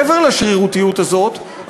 מעבר לשרירותיות הזאת,